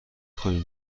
کنین